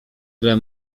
tyle